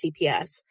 CPS